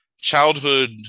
childhood